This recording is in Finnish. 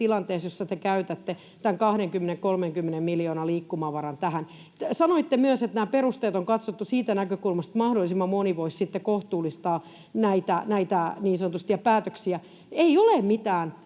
tilanteessa, jossa te käytätte tämän 20—30 miljoonan liikkumavaran tähän. Sanoitte myös, että nämä perusteet on katsottu siitä näkökulmasta, että mahdollisimman moni voisi sitten niin sanotusti kohtuullistaa näitä ja päätöksiä. Ei ole mitään